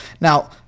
Now